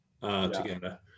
together